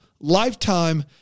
Lifetime